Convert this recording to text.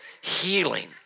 healing